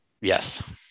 yes